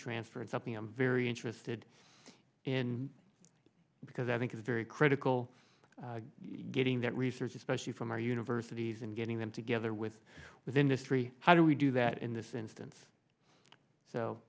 transfer and something i'm very interested in because i think it's very critical getting that research especially from our universities and getting them together with this industry how do we do that in this instance so